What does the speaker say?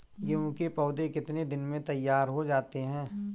गेहूँ के पौधे कितने दिन में तैयार हो जाते हैं?